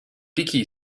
dickey